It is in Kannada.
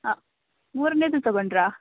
ಆ ಮೂರನೇದು ತಗೊಂಡ್ರಾ